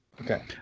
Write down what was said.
Okay